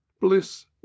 Bliss